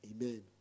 Amen